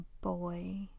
boy